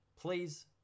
please